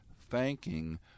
thanking